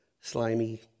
slimy